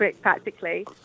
practically